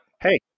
Hey